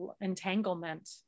entanglement